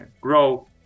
grow